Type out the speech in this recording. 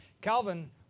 Calvin